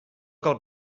cal